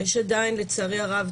לצערי הרב,